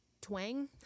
twang